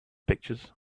pictures